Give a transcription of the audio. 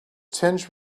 tinged